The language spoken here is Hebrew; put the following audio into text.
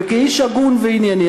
וכאיש הגון וענייני,